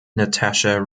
natasha